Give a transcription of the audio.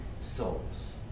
souls